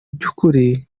by’ukuri